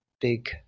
big